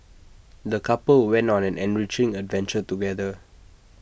the couple went on an enriching adventure together